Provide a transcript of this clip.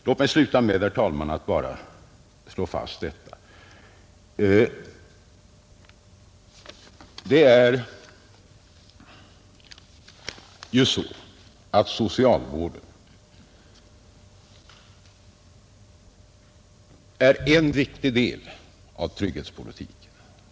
Låt mig sluta med att bara slå fast, herr talman, att socialvården är en viktig del av trygghetspolitiken.